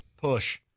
Push